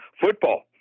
football